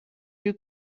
you